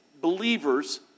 believers